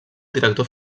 director